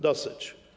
Dosyć.